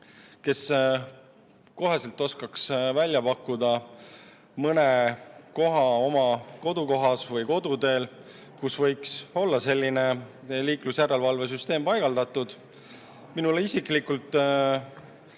kes kohe oskaks välja pakkuda mõne koha oma kodukohas või koduteel, kus võiks olla selline liiklusjärelevalvesüsteem paigaldatud. Minule isiklikult